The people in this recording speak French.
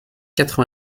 quatre